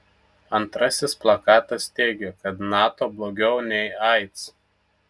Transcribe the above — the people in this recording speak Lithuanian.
antrasis plakatas teigė kad nato blogiau nei aids